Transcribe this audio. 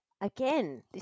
again